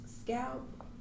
scalp